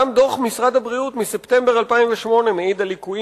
גם דוח משרד הבריאות מספטמבר 2008 מעיד על ליקויים